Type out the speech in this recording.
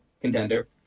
contender